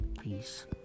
Peace